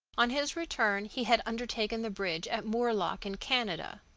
on his return he had undertaken the bridge at moorlock, in canada,